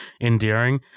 endearing